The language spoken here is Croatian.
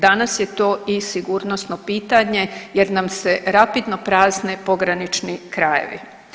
Danas je to i sigurnosno pitanje jer nam se rapidno prazne pogranični krajevi.